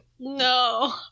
no